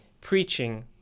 preaching